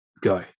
go